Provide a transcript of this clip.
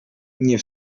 nie